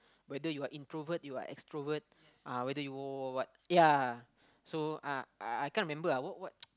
whether you are introvert you are extrovert ah whether you what ya so uh I I can't remember ah what what